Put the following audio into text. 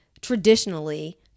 traditionally